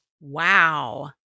Wow